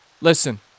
listen